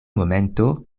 momento